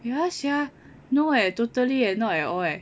ya sia no leh totally leh not at all leh